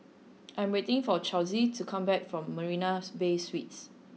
I am waiting for Charlize to come back from Marina's Bay Suites